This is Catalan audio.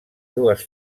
dues